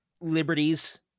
liberties